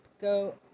Go